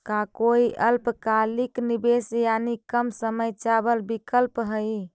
का कोई अल्पकालिक निवेश यानी कम समय चावल विकल्प हई?